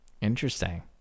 Interesting